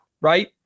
right